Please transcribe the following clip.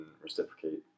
reciprocate